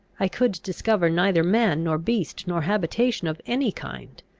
i could discover neither man nor beast, nor habitation of any kind.